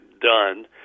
done